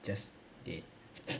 just date